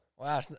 Wow